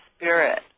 spirit